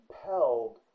compelled